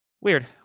weird